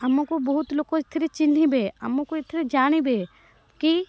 ଆମକୁ ବହୁତ ଲୋକ ଏଥିରେ ଚିହ୍ନିବେ ଆମକୁ ଏଥିରେ ଜାଣିବେ କି